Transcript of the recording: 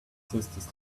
sisters